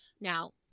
Now